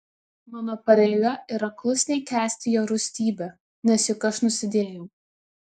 mano pareiga yra klusniai kęsti jo rūstybę nes juk aš nusidėjau